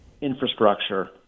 infrastructure